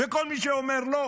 וכל מי שאומר שלא,